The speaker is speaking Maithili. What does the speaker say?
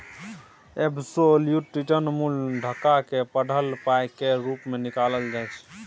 एबसोल्युट रिटर्न मुल टका सँ बढ़ल पाइ केर रुप मे निकालल जाइ छै